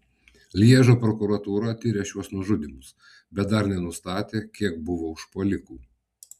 lježo prokuratūra tiria šiuos nužudymus bet dar nenustatė kiek buvo užpuolikų